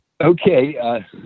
Okay